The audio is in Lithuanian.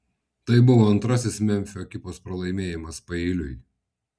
tai buvo antrasis memfio ekipos pralaimėjimas paeiliui